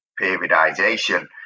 periodization